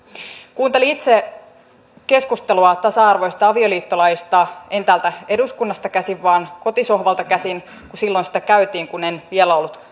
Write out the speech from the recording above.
kuuntelin itse keskustelua tasa arvoisesta avioliittolaista en täältä eduskunnasta käsin vaan kotisohvalta käsin kun silloin sitä käytiin kun en vielä ollut